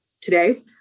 today